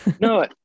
no